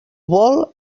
vol